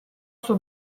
suo